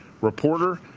reporter